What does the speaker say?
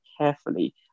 carefully